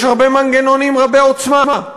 יש הרבה מנגנונים רבי-עוצמה: